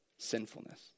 Sinfulness